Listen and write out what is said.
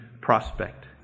prospect